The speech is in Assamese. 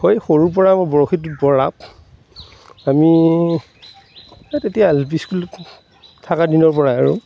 হয় সৰুৰ পৰা মোৰ বৰশীটোত বৰ ৰাপ আমি এই তেতিয়া এল পি স্কুলত থকা দিনৰ পৰাই আৰু